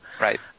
Right